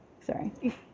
sorry